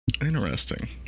interesting